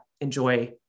enjoy